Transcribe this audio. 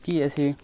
ꯍꯣꯛꯀꯤ ꯑꯁꯤ